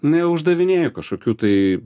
neuždavinėju kažkokių tai